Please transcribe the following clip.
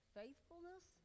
faithfulness